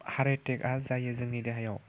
heart एटेका जायो जोंनि देहायाव